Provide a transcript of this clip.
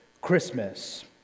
Christmas